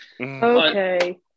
Okay